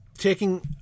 Taking